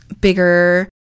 bigger